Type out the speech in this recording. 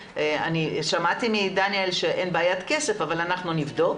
ושמעתי מדניאל שאין בעיית כסף, אבל נבדוק.